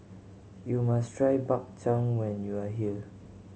you must try Bak Chang when you are here